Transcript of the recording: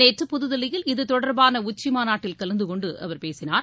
நேற்று புதுதில்லியில் இத்தொடர்பான உச்சிமாநாட்டில் கலந்து கொண்டு அவர் பேசினார்